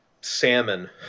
salmon